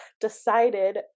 decided